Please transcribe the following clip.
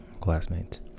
classmates